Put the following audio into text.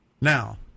now